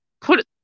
put